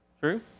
true